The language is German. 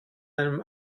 einem